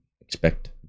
expect